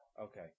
Okay